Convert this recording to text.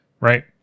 right